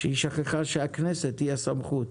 כשהיא שכחה שהכנסת היא הסמכות.